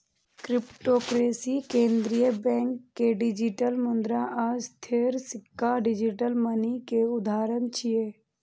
cryptocurrency, केंद्रीय bank के digital मुद्रा आ स्थिर सिक्का डिजिटल मनी के उदाहरण छियै